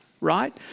right